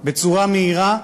בצורה מהירה,